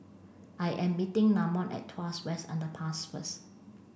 I am meeting Namon at Tuas West Underpass first